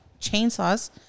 Chainsaws